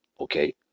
Okay